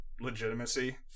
legitimacy